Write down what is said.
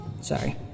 Sorry